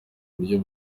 buryo